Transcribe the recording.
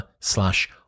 slash